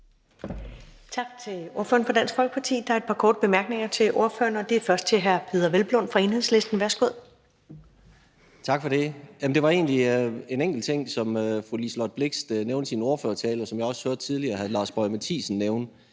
Tak til ordføreren for Dansk Folkeparti. Der er et par korte bemærkninger til ordføreren, og det er først hr. Peder Hvelplund fra Enhedslisten. Værsgo. Kl. 20:15 Peder Hvelplund (EL): Tak for det. Det var egentlig en enkelt ting, som fru Liselott Blixt nævnte i sin ordførertale, og som jeg også tidligere hørte hr. Lars Boje Mathiesen nævne,